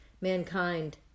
Mankind